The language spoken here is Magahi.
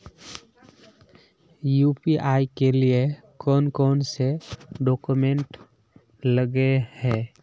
यु.पी.आई के लिए कौन कौन से डॉक्यूमेंट लगे है?